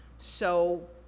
so,